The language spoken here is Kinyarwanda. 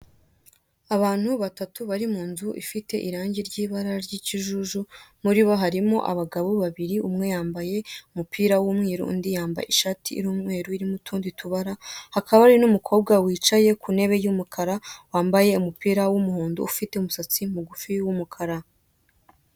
Abantu batatu bari mu nzu ifite irangi ry'ibara ry'ikujuju; muri bo harimo abagabo babiri: umwe yambaye umupira w'umweru, undi yambaye ishati y'umweru irimo utundi tubara, hakaba hari n'umukobwa wicaye ku ntebe y'umukara wambaye umupira w'umuhondo, ufite umusatsi mugufi w'umukara.